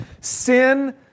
Sin